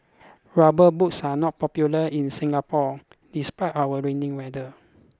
rubber boots are not popular in Singapore despite our rainy weather